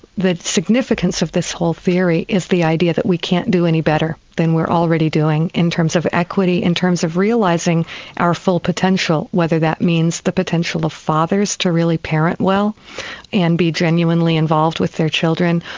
the significance of this whole theory is the idea that we can't do any better than we're already doing in terms of equity, in terms of realising our full potential whether that means the potential of fathers to really parent well and be genuinely involved with their children,